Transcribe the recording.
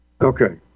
Okay